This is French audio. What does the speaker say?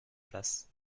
place